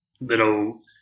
little